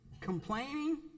complaining